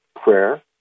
prayer